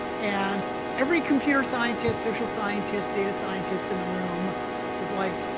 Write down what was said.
and every computer scientist, social scientist, data scientist in the room was like,